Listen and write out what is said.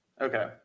Okay